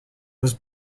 was